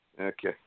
Okay